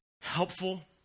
helpful